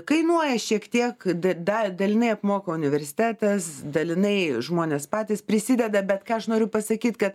kainuoja šiek tiek da da dalinai apmoka universitetas dalinai žmonės patys prisideda bet ką aš noriu pasakyt kad